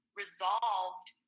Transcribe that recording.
resolved